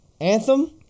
Anthem